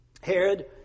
Herod